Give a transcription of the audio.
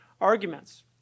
arguments